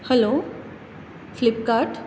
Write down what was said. hello Flipkart